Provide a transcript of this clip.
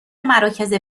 مراکز